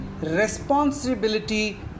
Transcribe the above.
responsibility